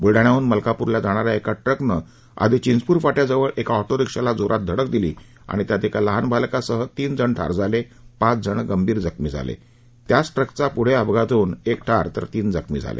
बुलडाण्याहून मलकापूरला जाणाऱ्या एका ट्रकनं चिंचपूर फाट्याजवळ आधी एका ऑटेरिक्षाला जोरात धडक दिली आणि त्यात एका लहान बालकासह तीन जण ठार झाले तर पाच गंभीर जखमी झाले पुढे त्याच ट्रकच्या आणखी एका अपघातात होऊन एक ठार तर तीन जखमी झाले